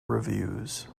reviews